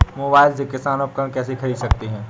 Mobile से किसान उपकरण कैसे ख़रीद सकते है?